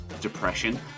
depression